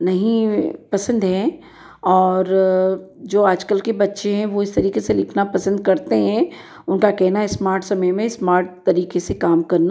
नहीं पसंद है और जो आज कल के बच्चे हैं वो इस तरीके से लिखना पसंद करते हैं उनका कहना स्मार्ट समय में स्मार्ट तरीके से काम करना